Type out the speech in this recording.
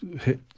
hit